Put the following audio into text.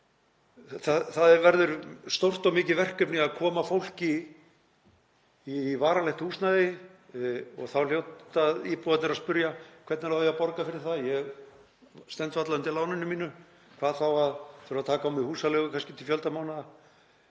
það verður stórt og mikið verkefni að koma fólki í varanlegt húsnæði og þá hljóta íbúarnir að spyrja: Hvernig á ég að borga fyrir það, ég stend varla undir láninu mínu, hvað þá að þurfa að taka á mig húsaleigu kannski til fjölda mánaða?